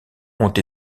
ont